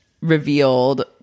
revealed